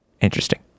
interesting